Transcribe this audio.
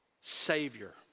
Savior